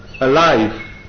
alive